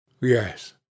Yes